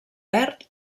verd